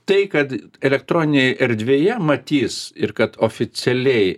tai kad elektroninėj erdvėje matys ir kad oficialiai